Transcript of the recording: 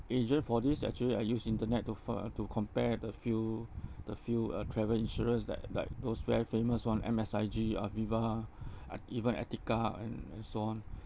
agent for this actually I use internet to find to compare the few the few uh travel insurance like like those very famous one M_S_I_G aviva uh even etiqa and and so on